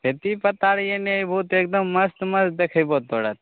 खेती पथारी एने अयभो तऽ एकदम मस्त मस्त देखेबौ तोरा